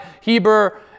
Heber